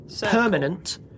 Permanent